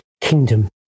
kingdom